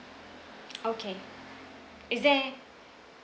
okay is there